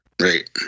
Right